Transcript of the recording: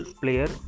player